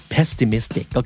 Pessimistic